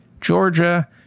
georgia